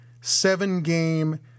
seven-game